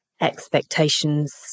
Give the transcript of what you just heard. expectations